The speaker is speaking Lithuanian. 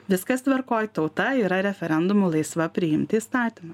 viskas tvarkoj tauta yra referendumu laisva priimti įstatymą